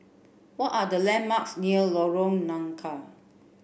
what are the landmarks near Lorong Nangka